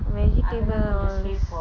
vegetable worse